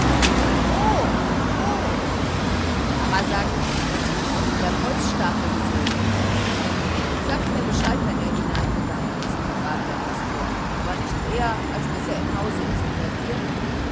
wo wo klara sagt daß sie ihn unten beim holzstapel gesehen hat sagt mir bescheid wenn er hineingegangen ist bat der pastor aber nicht eher als bis er im hause ist hört ihr